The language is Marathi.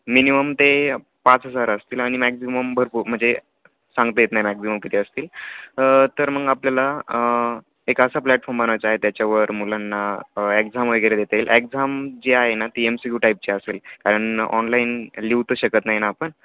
मिनिमम ते पाच हजार असतील आणि मॅक्झिमम भरपूर म्हणजे सांगता येत नाही मॅक्झिमम किती असतील तर मग आपल्याला एक असा प्लॅटफॉर्म बनवायचा आहे त्याच्यावर मुलांना एक्झाम वगैरे देता येईल एक्झाम जे आहे ना ती एम सी क्यू टाईपची असेल कारण ऑनलाईन लिहू तर शकत नाही ना आपण